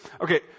okay